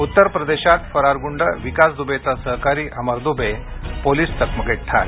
उत्तर प्रदेशात फरार गुंड विकास दुबेचा सहकारी अमर दुबे पोलिस चकमकीत ठार